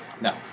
No